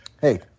Hey